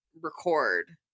record